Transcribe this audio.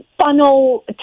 funnel